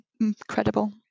incredible